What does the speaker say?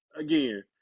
again